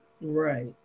Right